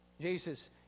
Jesus